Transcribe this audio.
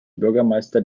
bürgermeister